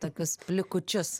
tokius likučius